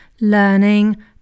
learning